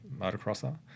motocrosser